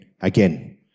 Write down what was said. again